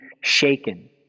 shaken